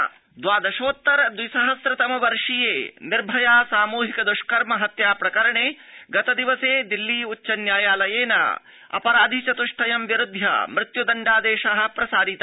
दिल्लीउच्चन्यायालय निर्भया द्वादशोत्तर द्विसहस्रतम वर्षीये निर्भया सामूहिक दुष्कर्म हत्या प्रकरणे गतदिवसे दिल्ली उच्च न्यायालयेन अपराधि चतृष्टयं विरुध्य मृत्युदण्डादेश प्रसारित